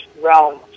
realm